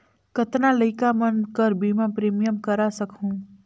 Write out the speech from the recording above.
कतना लइका मन कर बीमा प्रीमियम करा सकहुं?